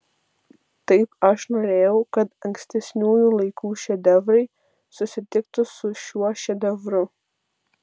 taip aš norėjau kad ankstesniųjų laikų šedevrai susitiktų su šiuo šedevru